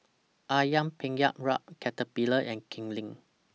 Ayam Penyet Ria Caterpillar and Kipling